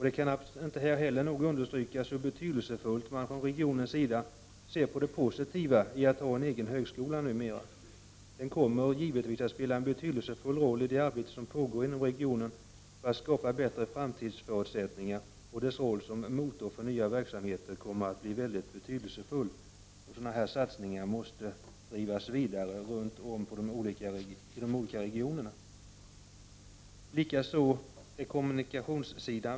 Det kan inte heller nog understrykas hur betydelsefullt man ifrån regionens sida ser på det positiva i att numera ha en egen högskola. Den kommer givetvis att spela en betydelsefull roll i det arbete som pågår inom regionen för att skapa bättre framtidsförutsättningar, och dess roll som motor för nya verksamheter kommer att bli mycket betydelsefull. Satsningar av den här typen måste drivas vidare runt om i de olika regionerna.